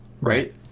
right